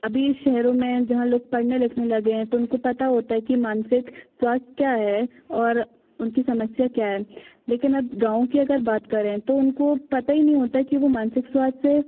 अभी शहरों में जहाँ लोग पढ़ने लिखने लगे हैं तो उनको पता होता है कि मानसिक स्वास्थ्य क्या है और उनकी समस्या क्या है लेकिन अब गाँव की अगर बात करें तो उनको पता ही नहीं होता कि वो मानसिक स्वास्थ्य से